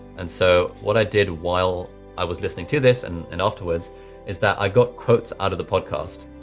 and so what i did while i was listening to this and and afterwards is that i got quotes out of the podcast.